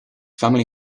family